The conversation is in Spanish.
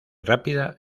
rápida